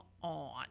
on